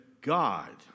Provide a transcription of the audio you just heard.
God